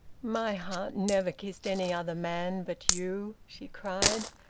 my heart never kissed any other man but you! she cried.